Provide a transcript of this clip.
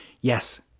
yes